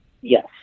Yes